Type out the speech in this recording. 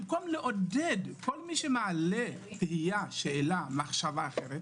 במקום לעודד כל מי שמעלה תהייה, שאלה, מחשבה אחרת,